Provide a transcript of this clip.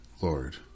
lord